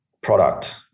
product